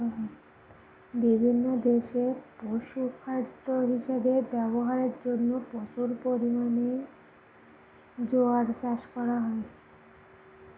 বিভিন্ন দেশে পশুখাদ্য হিসাবে ব্যবহারের জন্য প্রচুর পরিমাণে জোয়ার চাষ করা হয়